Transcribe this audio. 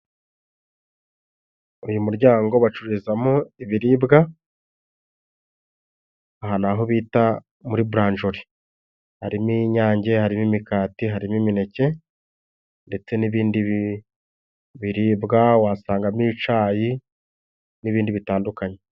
Uyu muryango bacururizamo ibiribwa, aha ni aho bita muri buranjori. Harimo inyange, harimo imikati, harimo imineke, ndetse n'ibindi biribwa, wasangamo icyayi n'ibindi bitandukanye.